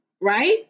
right